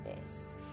best